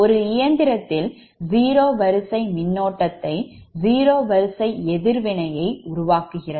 ஒரு இயந்திரத்தில் zero வரிசை மின்னோட்டத்தை Zero வரிசை எதிர்வினையை உருவாக்குகிறது